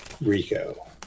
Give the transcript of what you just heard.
Rico